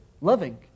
loving